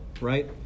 right